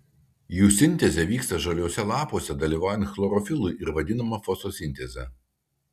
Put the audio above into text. jų sintezė vyksta žaliuose lapuose dalyvaujant chlorofilui ir vadinama fotosinteze